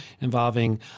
involving